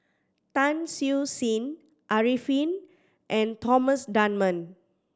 Tan Siew Sin Arifin and Thomas Dunman